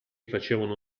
facevano